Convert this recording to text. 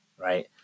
right